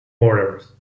orders